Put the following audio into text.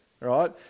right